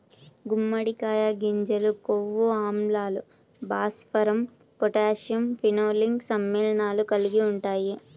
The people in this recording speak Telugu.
గుమ్మడికాయ గింజలు కొవ్వు ఆమ్లాలు, భాస్వరం, పొటాషియం, ఫినోలిక్ సమ్మేళనాలు కలిగి ఉంటాయి